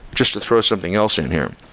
just to throw something else in here,